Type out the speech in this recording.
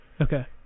Okay